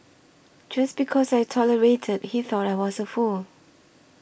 just because I tolerated he thought I was a fool